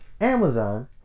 Amazon